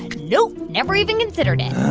nope, never even considered it